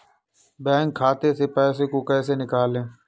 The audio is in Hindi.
बैंक खाते से पैसे को कैसे निकालें?